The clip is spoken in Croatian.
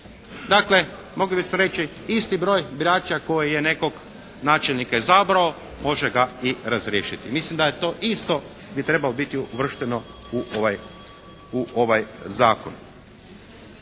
Dakle mogli bismo reći isti broj birača koji je nekog načelnika izabrao može ga i razriješiti. Mislim da je to isto bi trebalo biti uvršteno u ovaj zakon.